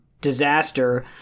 disaster